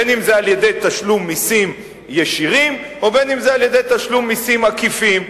אם על-ידי תשלום מסים ישירים ואם על-ידי תשלום מסים עקיפים.